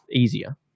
easier